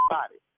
body